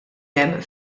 hemm